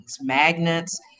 magnets